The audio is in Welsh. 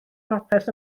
popeth